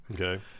okay